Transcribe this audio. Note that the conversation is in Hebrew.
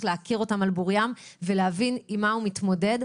להכיר אותם על בורים ולהבין עם מה הוא מתמודד.